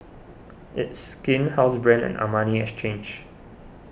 It's Skin Housebrand and Armani Exchange